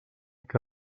que